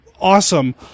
awesome